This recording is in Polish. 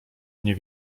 nie